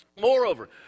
Moreover